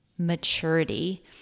maturity